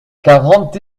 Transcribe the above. quarante